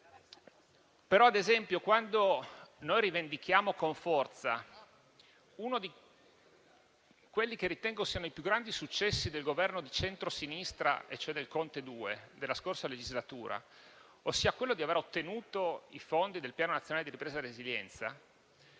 però, ad esempio, rivendichiamo con forza uno di quelli che ritengo sia tra i più grandi successi del Governo di centrosinistra, cioè del Conte II della scorsa legislatura, ossia l'aver ottenuto i fondi del Piano